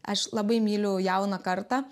aš labai myliu jauną kartą